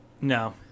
no